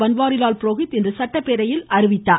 பன்வாரிலால் புரோஹித் இன்று சட்டப்பேரவையில் அறிவித்தார்